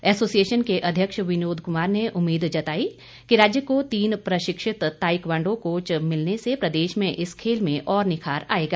association के अध्यक्ष विनोद कुमार ने उम्मीद जताई कि राज्य को तीन प्रशिक्षित ताईक्वांडो कोच मिलने से प्रदेश में इस खेल में और निखार आएगा